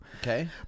Okay